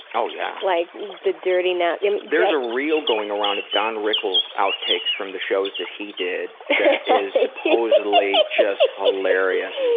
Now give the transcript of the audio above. oh yeah. like the dirty, paul yeah there's a reel going around of don rickles outtakes from the shows that he did supposedly just hilarious.